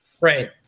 right